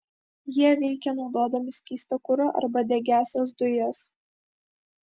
jie veikia naudodami skystą kurą arba degiąsias dujas